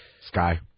Sky